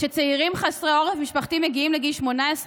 כשצעירים חסרי עורף משפחתי מגיעים לגיל 18,